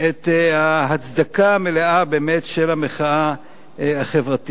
את ההצדקה המלאה, באמת, של המחאה החברתית.